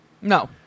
No